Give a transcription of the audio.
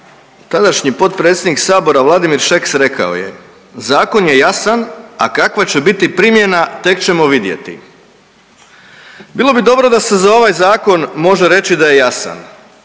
tadašnji potpredsjednik Sabora Vladimir Šeks rekao je, zakon je jasan, a kakva će biti primjena tek ćemo vidjeti. Bilo bi dobro da se za ovaj zakon može reći da je jasan,